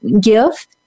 give